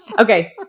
Okay